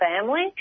family